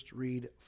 read